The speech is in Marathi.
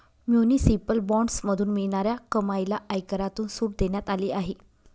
म्युनिसिपल बॉण्ड्समधून मिळणाऱ्या कमाईला आयकरातून सूट देण्यात आली आहे